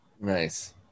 Nice